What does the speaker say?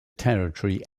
territory